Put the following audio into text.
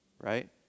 right